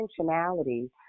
intentionality